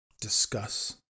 Discuss